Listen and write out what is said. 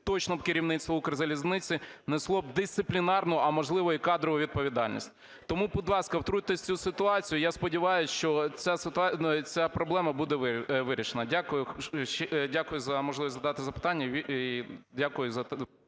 точно б керівництво "Укрзалізниці" несло б дисциплінарно, а можливо, і кадрову відповідальність. Тому, будь ласка, втрутьтесь в цю ситуацію. І я сподіваюсь, що ця проблема буде вирішена. Дякую за можливість задати запитання.